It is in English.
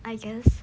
I guess